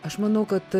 aš manau kad